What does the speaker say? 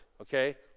okay